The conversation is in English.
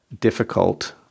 difficult